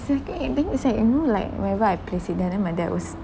exactly and thing is like you know like whenever I place it there then my dad will